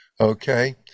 Okay